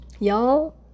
Y'all